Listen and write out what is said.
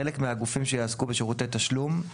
חלק מהגופים שיעסקו בשירותי תשלום,